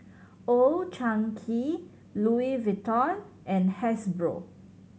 Old Chang Kee Louis Vuitton and Hasbro